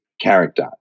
character